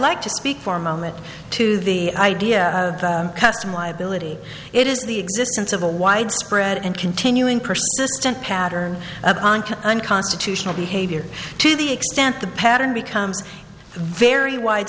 like to speak for moment to the idea custom liability it is the existence of a widespread and continuing persistent pattern of unconstitutional behavior to the extent the pattern becomes very